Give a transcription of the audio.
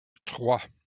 trois